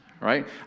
right